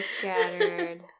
scattered